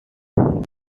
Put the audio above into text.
instead